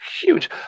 huge